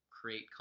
create